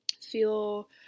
feel